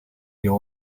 you